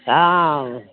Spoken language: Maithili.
हँ